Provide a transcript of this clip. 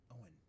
Owen